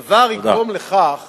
הדבר יגרום לכך